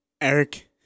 Eric